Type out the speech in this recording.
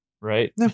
right